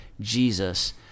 Jesus